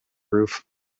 roof